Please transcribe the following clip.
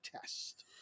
test